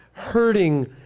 hurting